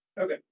Okay